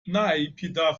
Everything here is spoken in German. naypyidaw